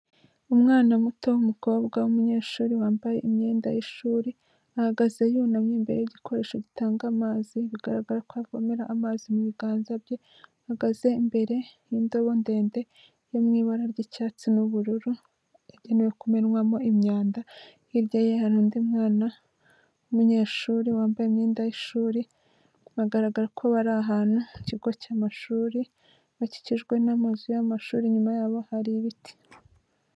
Umwana muto w'umukobwa w'umunyeshuri wambaye imyenda y'ishuri ahagaze yunamye imbere y'igikoresho gitanga amazi bigaragara ko avomera amazi mu biganza bye, ahagaze imbere y'indabo ndende iri mu ibara ry'icyatsi n'ubururu yagenewe kumenwamo imyanda, hirya ye hari undi mwana w'umunyeshuri wambaye imyenda y'ishuri biragaragara ko bari ahantu ku kigo cy'amashuri bakikijwe n'amazu y'amashuri inyuma yabo hari ibiti.